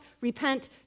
repent